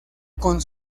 con